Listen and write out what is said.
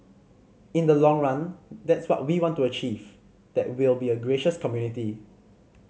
in the long run that's what we want to achieve that we'll be a gracious community